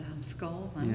skulls